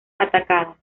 atacada